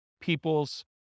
people's